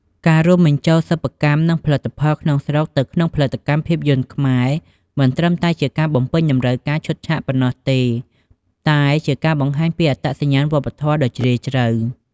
ការរួមបញ្ចូល សិប្បកម្ម និងផលិតផលក្នុងស្រុក នៅក្នុងផលិតកម្មភាពយន្តខ្មែរ មិនត្រឹមតែជាការបំពេញតម្រូវការឈុតឆាកប៉ុណ្ណោះទេ តែជាការបង្ហាញពីអត្តសញ្ញាណវប្បធម៌ដ៏ជ្រាលជ្រៅ។